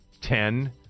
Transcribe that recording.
ten